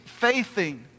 faithing